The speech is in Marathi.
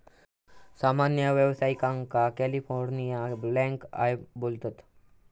सामान्य व्यावसायिकांका कॅलिफोर्निया ब्लॅकआय बोलतत